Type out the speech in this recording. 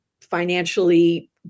financially